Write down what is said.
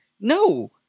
no